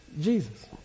Jesus